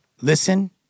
listen